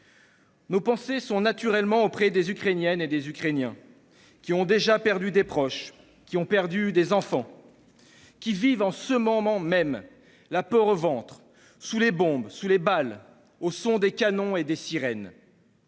Nos pensées vont naturellement vers les Ukrainiennes et les Ukrainiens qui ont déjà perdu des proches, perdu des enfants, qui vivent en ce moment même la peur au ventre sous les bombes, sous les balles, au son des canons et des sirènes,